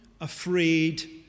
afraid